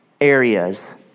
areas